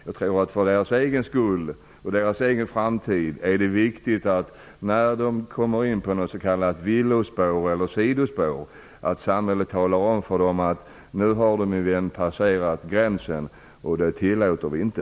Jag tror att det för deras egen skull och deras framtid är viktigt att när de kommer in på ett s.k. villospår eller sidospår samhället talar om för dem: Nu har du, min vän, passerat gränsen, och det tillåter vi inte.